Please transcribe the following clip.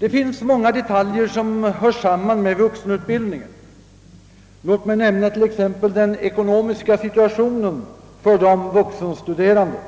Det finns många detaljer som sammanhänger med vuxenutbildningen. Låt mig t.ex. nämna den ekonomiska situationen för de vuxenstuderande.